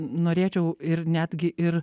norėčiau ir netgi ir